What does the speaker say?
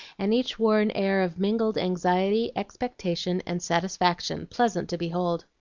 and each wore an air of mingled anxiety, expectation, and satisfaction, pleasant to behold.